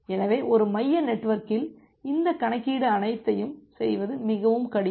எனவே ஒரு மைய நெட்வொர்க்கில் இந்த கணக்கீடு அனைத்தையும் செய்வது மிகவும் கடினம்